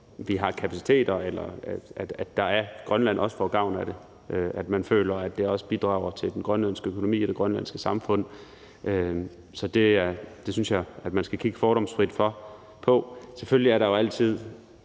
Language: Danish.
vi har kapaciteter og Grønland også får gavn af det, altså at man føler, at det også bidrager til den grønlandske økonomi og det grønlandske samfund. Så det synes jeg at man skal kigge fordomsfrit på. Selvfølgelig er der jo altid